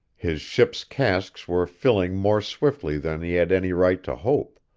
his ship's casks were filling more swiftly than he had any right to hope